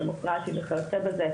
הדמוקרטי וכיוצא בזה.